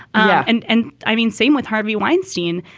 and and i mean, same with harvey weinstein.